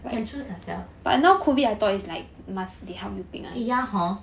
can choose yourself eh ya hor